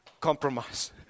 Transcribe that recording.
compromise